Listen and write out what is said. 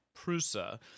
Prusa